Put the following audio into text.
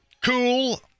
Cool